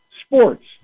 sports